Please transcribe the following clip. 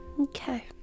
Okay